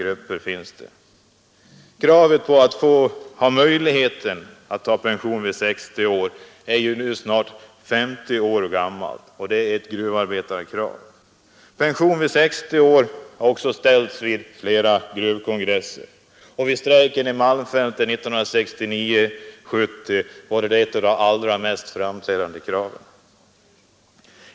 I snart 50 år har krav framförts om möjlighet att ta pension vid 60 års ålder. Kravet har också framförts vid många gruvkongresser. Vid strejken i Malmfälten 1969—1970 var det ett av de allra mest framträdande kraven.